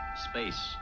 space